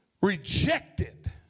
rejected